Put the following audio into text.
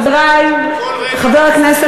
בחירה נכונה.